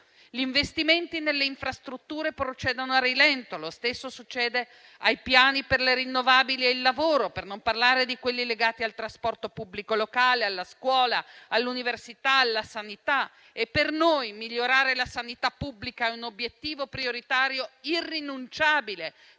Gli investimenti nelle infrastrutture procedono a rilento e lo stesso succede ai piani per le rinnovabili e il lavoro, per non parlare di quelli legati al trasporto pubblico locale, alla scuola, all'università e alla sanità. Per noi migliorare la sanità pubblica è un obiettivo prioritario irrinunciabile,